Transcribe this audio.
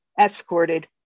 escorted